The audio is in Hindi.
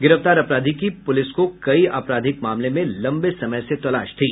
गिरफ्तार अपराधी की पुलिस को कई आपराधिक मामले में लंबे समय से तलाश थी